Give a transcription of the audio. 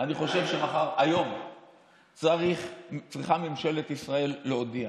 אני חושב שהיום צריכה ממשלת ישראל להודיע: